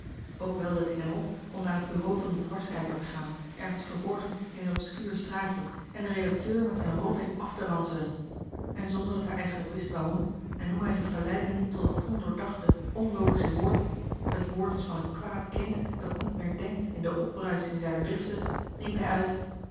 ook welde het in hem op om naar het bureau van den dwarskijker te gaan ergens verborgen in een obscuur straatje en den redacteur met zijn rotting af te ranselen en zonder dat hij eigenlijk wist waarom en hoe hij zich verleiden liet tot dat ondoordachte onlogische woord het woord als van een kwaad kind dat niet meer denkt in de opbruising zijner driften riep hij uit